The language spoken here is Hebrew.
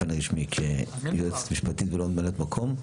דחוף מבחינתנו שתקן 143 יותאם לתקינה המקובלת בעולם.